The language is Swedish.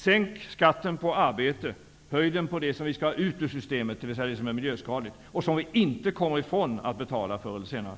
Sänk skatten på arbete, och höj den på det som vi skall ha ut ur systemet, dvs. det som är miljöskadligt och det som vi inte kommer ifrån att betala förr eller senare.